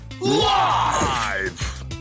live